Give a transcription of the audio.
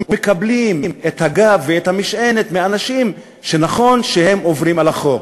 ומקבלים את הגב ואת המשענת מאנשים שנכון שהם עוברים על החוק,